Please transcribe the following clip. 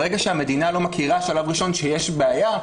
ברגע שהמדינה לא מכירה בשלב ראשון שיש בעיה,